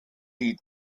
die